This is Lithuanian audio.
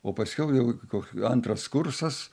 o paskiau jau antras kursas